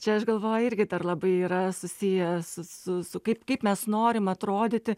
čia aš galvoju irgi dar labai yra susiję su su su kaip kaip mes norim atrodyti